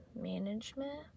management